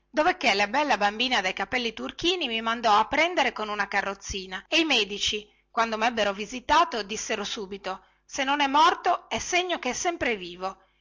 grande dovecché la bella bambina dai capelli turchini mi mandò a prendere con una carrozzina e i medici quando mebbero visitato dissero subito se non è morto è segno che è sempre vivo